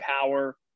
power